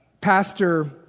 Pastor